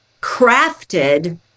crafted